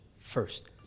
first